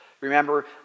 Remember